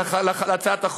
להצעת החוק,